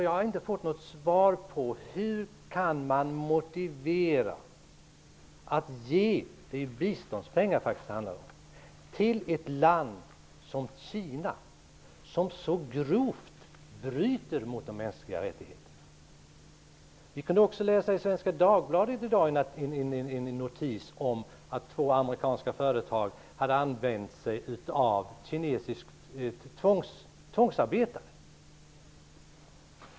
Jag har inte fått något svar på hur man kan motivera att ge biståndspengar till ett land som Kina, vilket så grovt bryter mot de mänskliga rättigheterna. Vi kunde i dag läsa en notis i Svenska Dagbladet om att två amerikanska företag har använt kinesiskt tvångsarbete.